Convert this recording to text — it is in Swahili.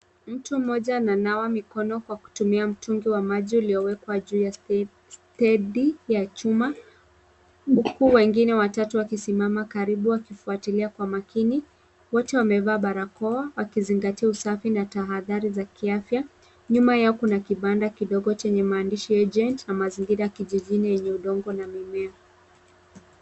Mtu mmoja ananawa mikono kwa kutumia mtungi wa maji uliowekwa juu ya stendi ya chuma huku wengine watatu wakisimama karibu wakifuatilia kwa makini. Wote wamevaa barakoa wakizingatia usafi na tahadhari za kiafya. Nyuma yao kuna kibanda kidogo chenye maandishi agent na mazingira ya kijijini yenye udongo na mimea.